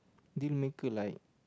dealmaker like